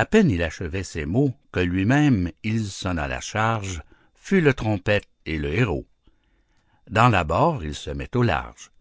à peine il achevait ces mots que lui-même il sonna la charge fut le trompette et le héros dans l'abord il se met au large